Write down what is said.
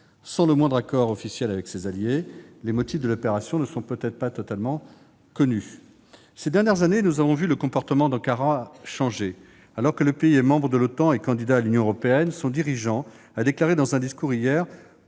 sans le moindre accord officiel avec ses alliés ? Les motifs de l'opération ne sont peut-être pas encore totalement connus. Ces dernières années, nous avons vu le comportement d'Ankara changer. Alors que le pays est membre de l'OTAN et candidat à l'adhésion à l'Union européenne, son dirigeant a tenu hier